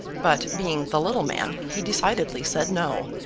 but, being the little man, he decidedly said no.